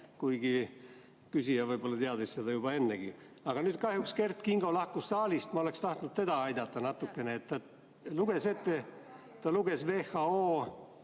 kuigi küsija võib-olla teadis seda juba ennegi. Aga nüüd kahjuks Kert Kingo lahkus saalist, ma oleks tahtnud teda aidata natukene. Ta luges ette WHO